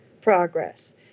progress